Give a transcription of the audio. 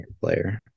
player